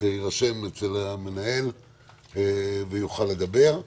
יירשם אצל המנהל ויוכל לדבר.